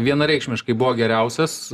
vienareikšmiškai buvo geriausias